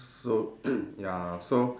so ya so